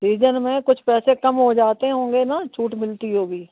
season में कुछ पैसे कम हो जाते होंगे ना छूट मिलती होगी